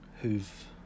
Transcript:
who've